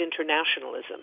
internationalism